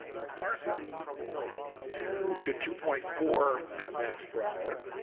the dark blue is two to two point four big macs per hour.